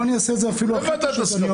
אין ועדת הסכמות.